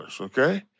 okay